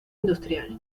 industrial